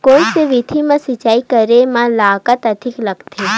कोन सा विधि म सिंचाई करे म लागत अधिक लगथे?